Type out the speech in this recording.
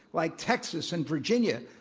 like texas and virginia,